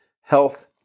Health